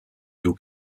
d’où